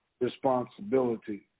responsibility